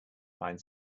find